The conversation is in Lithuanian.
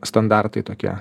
standartai tokie